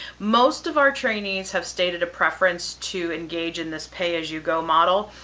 most of our trainees have stated a preference to engage in this pay as you go model.